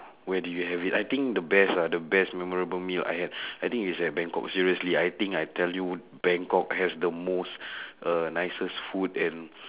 where do you have it I think the best ah the best memorable meal I had I think is at bangkok seriously I think I tell you bangkok has the most uh nicest food and